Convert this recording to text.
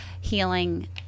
healing